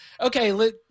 okay